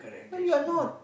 but you're not